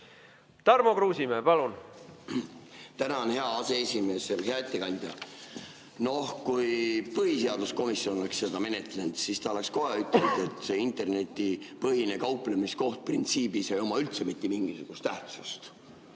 Tarmo Kruusimäe, palun! Tänan, hea aseesimees! Hea ettekandja! Kui põhiseaduskomisjon oleks seda menetlenud, siis oleks kohe öeldud, et see internetipõhine kauplemiskoht printsiibis ei oma üldse mitte mingisugust tähtsust,